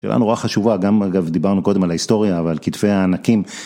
בחירה נורא חשובה. גם אגב דיברנו קודם על ההיסטוריה ועל כתפי הענקים.